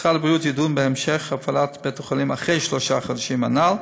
משרד הבריאות ידון בהמשך הפעלת בית-החולים אחרי שלושת החודשים הנ"ל,